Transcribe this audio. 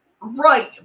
Right